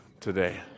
today